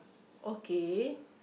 okay